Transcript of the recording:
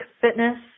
fitness